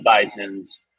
bisons